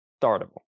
startable